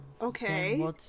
Okay